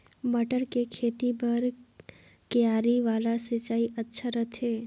मटर के खेती बर क्यारी वाला सिंचाई अच्छा रथे?